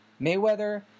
Mayweather